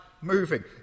moving